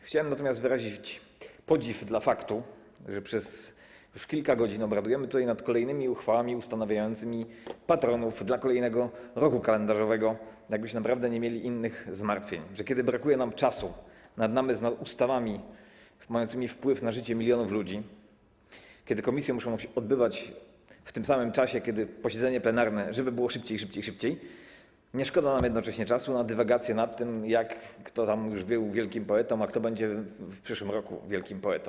Chciałem natomiast wyrazić podziw dla faktu, że już przez kilka godzin obradujemy tutaj nad kolejnymi uchwałami ustanawiającymi patronów dla kolejnego roku kalendarzowego, jakbyśmy naprawdę nie mieli innych zmartwień; że kiedy brakuje nam czasu na namysł nad ustawami mającymi wpływ na życie milionów ludzi, kiedy komisje muszą się odbywać w tym samym czasie, kiedy jest posiedzenie plenarne, żeby było szybciej, szybciej, szybciej, nie szkoda nam jednocześnie czasu na dywagacje nad tym, kto tam już był wielkim poetą, a kto będzie w przyszłym roku wielkim poetą.